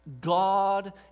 God